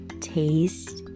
Taste